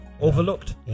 overlooked